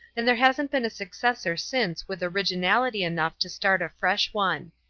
and there hasn't been a successor since with originality enough to start a fresh one.